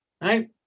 Right